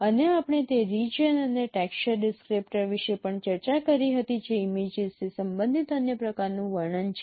અને આપણે તે રિજિયન અને ટેક્સચર ડિસ્ક્રીપ્ટર વિશે પણ ચર્ચા કરી હતી જે ઇમેજીસથી સંબંધિત અન્ય પ્રકારનું વર્ણન છે